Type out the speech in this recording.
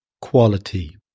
quality